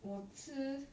我吃